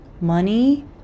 Money